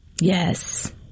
Yes